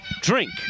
drink